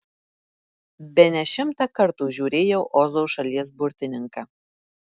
bene šimtą kartų žiūrėjau ozo šalies burtininką